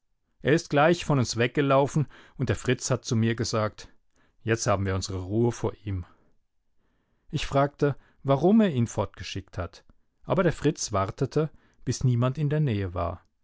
er ist gleich von uns weggelaufen und der fritz hat zu mir gesagt jetzt haben wir unsere ruhe vor ihm ich fragte warum er ihn fortgeschickt hat aber der fritz wartete bis niemand in der nähe war